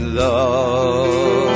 love